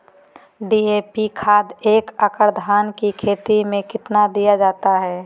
DAP खाद एक एकड़ धान की खेती में कितना दीया जाता है?